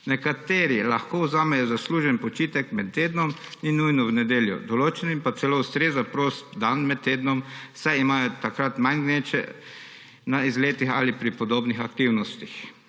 Nekateri lahko vzamejo zaslužen počitek med tednom, ni nujno v nedeljo. Določenim pa celo ustreza prost dan med tednom, saj imajo takrat manj gneče na izletih ali pri podobnih aktivnostih.